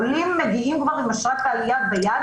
עולים מגיעים כבר עם אשרת העלייה ביד